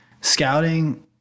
scouting